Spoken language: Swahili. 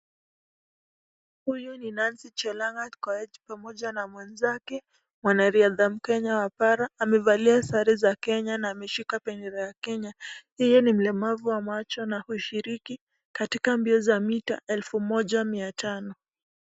Huyu ni Nancy Chelang'at Koech pamoja na wenzake, mwanariadha mkenya wa bara. Amevalia sara za kenya na ameshika bendera ya Kenya. Huyu ni mlemavu wa macho na hushiriki katika mbio za mita elfu moja, mia tano.